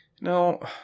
No